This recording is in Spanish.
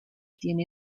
tiene